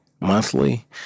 monthly